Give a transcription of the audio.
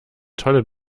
tolle